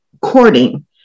courting